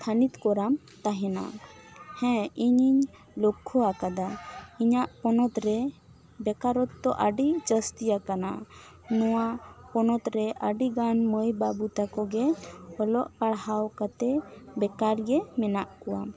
ᱛᱷᱟᱹᱱᱤᱛ ᱠᱚᱨᱟᱢ ᱛᱟᱦᱮᱱᱟ ᱦᱮᱸ ᱤᱧᱤᱧ ᱞᱚᱠᱠᱷᱚ ᱟᱠᱟᱫᱟ ᱤᱧᱟᱹᱜ ᱯᱚᱱᱚᱛ ᱨᱮ ᱵᱮᱠᱟᱨᱚᱠᱛᱚ ᱟᱹᱰᱤ ᱡᱟᱹᱥᱛᱤ ᱟᱠᱟᱱᱟ ᱱᱚᱣᱟ ᱯᱚᱱᱚᱛ ᱨᱮ ᱟᱹᱰᱤ ᱜᱟᱱ ᱢᱟᱹᱭ ᱵᱟᱹᱵᱩ ᱛᱟᱠᱚ ᱜᱮ ᱚᱞᱚᱜ ᱯᱟᱲᱦᱟᱣ ᱠᱟᱛᱮ ᱵᱮᱠᱟᱨ ᱜᱮ ᱢᱮᱱᱟᱜ ᱠᱚᱣᱟ